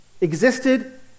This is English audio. existed